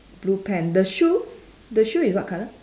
blue pant the shoe the shoe is what colour